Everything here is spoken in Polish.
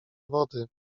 wody